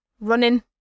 running